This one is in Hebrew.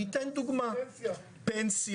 אני אתן דוגמה, פנסיה,